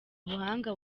ubuhanga